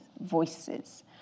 voices